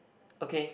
okay